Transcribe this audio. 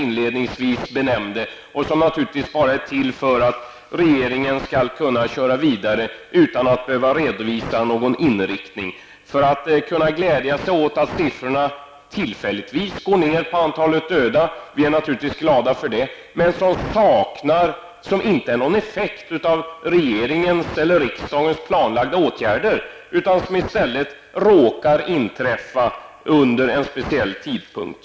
De är naturligtvis bara till för att regeringen skall kunna köra vidare utan att behöva redovisa någon inriktning. Vi är naturligtvis glada för att siffrorna över antalet döda tillfälligtvis går ner. Det är dock ingen effekt av regeringens eller riksdagens planlagda åtgärder, utan det råkar bara inträffa vid en speciell tidpunkt.